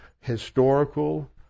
historical